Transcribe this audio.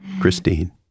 Christine